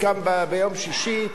קם ביום שישי,